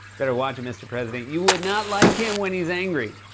better watch it, mr. president, you would not like him when he's angry.